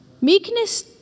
Meekness